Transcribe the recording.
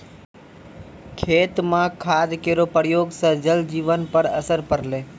खेत म खाद केरो प्रयोग सँ जल जीवन पर असर पड़लै